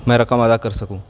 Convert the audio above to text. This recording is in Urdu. میں رقم ادا کر سکوں